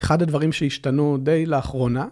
אחד הדברים שהשתנו די לאחרונה.